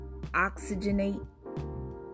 oxygenate